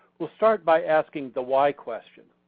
we'll start by asking the why question.